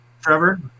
Trevor